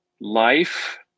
Life